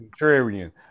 contrarian